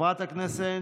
חברת הכנסת